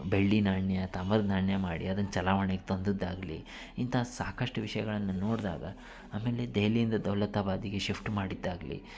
ಬೆಳ್ಳಿ ನಾಣ್ಯ ತಾಮ್ರದ ನಾಣ್ಯ ಮಾಡಿ ಅದನ್ನು ಚಲಾವಣೆಗೆ ತಂದಿದ್ದಾಗ್ಲಿ ಇಂಥ ಸಾಕಷ್ಟು ವಿಷಯಗಳನ್ನು ನೋಡಿದಾಗ ಆಮೇಲೆ ದೆಹಲಿಯಿಂದ ದೌಲತಾಬಾದಿಗೆ ಶಿಫ್ಟ್ ಮಾಡಿದ್ದಾಗಲಿ